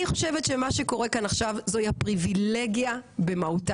אני חושבת שמה שקורה כאן עכשיו זוהי הפריבילגיה במהותה,